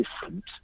different